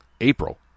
April